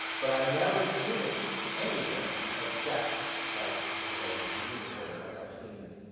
but i've never seen it anywhere except like because i was a t v reporter like i've seen it